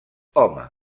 home